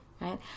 right